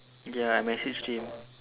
ya I messaged him